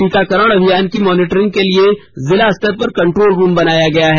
टीकाकरण अभियान की मॉनिटरिंग के लिए जिलास्तर पर कंट्रोल रुम बनाया गया है